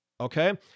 Okay